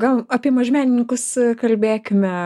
gal apie mažmenininkus kalbėkime